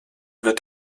wird